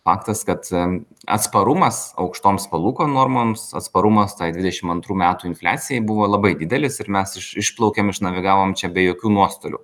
faktas kad atsparumas aukštoms palūkanų normoms atsparumas tai dvidešim antrų metų infliacijai buvo labai didelis ir mes iš išplaukėm išnavigavom čia be jokių nuostolių